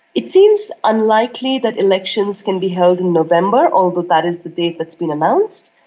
it seems unlikely that elections can be held in november, although that is the date that's been announced.